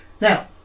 Now